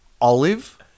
Olive